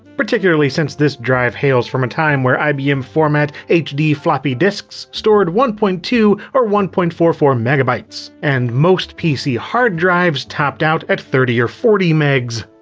particularly since this drive hails from a time where ibm format hd floppy disks stored one point two or one point four four megabytes, and most pc hard drives topped out at thirty or forty megs.